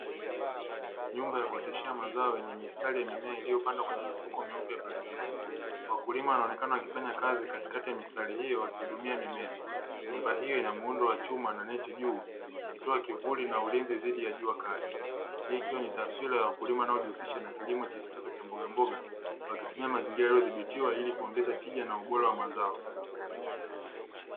Nyumba ya kuotesha mazao yenye mistari ya mimea iliopangwa kwenye mifuko meupe ya plastiki . wakulima wakionekana kufanya kazi katikati ya mistari hio juu ya mimea. Nyumba hio inamuuundo wa na neti juu ikitoa ulinzi dhidi ya jua kali hii ni taswira ya wakulima wanaojihusisha na kilimo cha kisasa cha mboga mboga wakitumia mazingira yaliyodhibitiwa ilikuongeza tija na ubora wa mazao.